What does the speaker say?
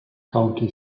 county